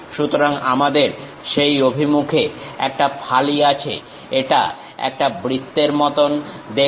সুতরাং আমাদের সেই অভিমুখে একটা ফালি আছে এটা একটা বৃত্তের মতন দেখতে